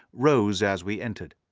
rose as we entered.